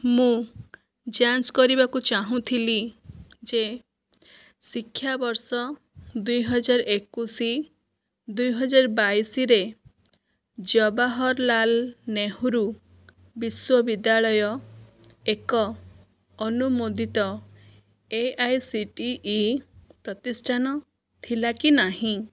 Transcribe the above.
ମୁଁ ଯାଞ୍ଚ୍ କରିବାକୁ ଚାହୁଁଥିଲି ଶିକ୍ଷାବର୍ଷ ଦୁଇ ହଜାର ଏକୋଇଶି ଓ ଦୁଇ ହଜାର ବାଇଶି ରେ ଜବାହରଲାଲ୍ ନେହେରୁ ବିଶ୍ୱ ବିଦ୍ୟାଳୟ ଏକ ଅନୁମୋଦିତ A I C T E ପ୍ରତିଷ୍ଠାନ ଥିଲା କି ନାହିଁ